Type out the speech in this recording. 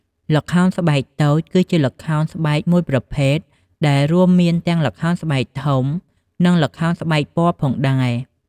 ល្ខោនស្បែកតូច គឺជាសិល្បៈល្ខោនស្បែកមួយប្រភេទ ដែលរួមមានទាំងល្ខោនស្បែកធំ និងល្ខោនស្បែកពណ៌ផងដែរ។